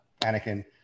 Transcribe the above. Anakin